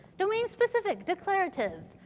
domain specific, declarative.